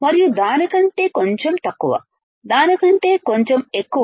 మరియు దాని కంటే కొంచెం తక్కువ దాని కంటే కొంచెం తక్కువ